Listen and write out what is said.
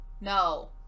no